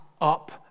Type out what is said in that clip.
up